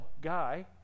guy